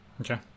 Okay